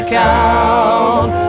count